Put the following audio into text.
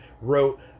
wrote